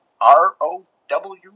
R-O-W